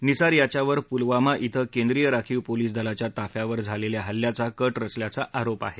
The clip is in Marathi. निसार याच्यावर पुलवामा क्विं केंद्रीय राखीव पोलीस दलाच्या ताफ्यावर झालेल्या हल्ल्याचा कट रचल्याचा आरोप आहे